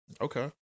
Okay